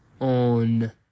on